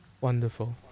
Wonderful